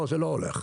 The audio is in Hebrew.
לא, זה לא הולך.